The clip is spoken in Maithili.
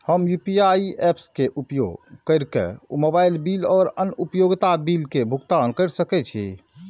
हम यू.पी.आई ऐप्स के उपयोग केर के मोबाइल बिल और अन्य उपयोगिता बिल के भुगतान केर सके छी